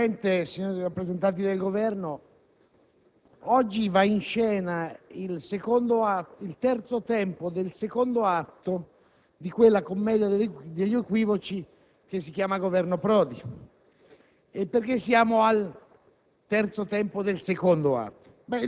Signor Presidente, signori rappresentanti del Governo, oggi va in scena il terzo tempo del secondo atto di quella commedia degli equivoci che si chiama Governo Prodi.